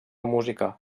música